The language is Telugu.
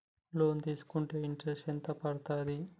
లోన్ తీస్కుంటే ఇంట్రెస్ట్ ఎంత పడ్తది?